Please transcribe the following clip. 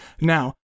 now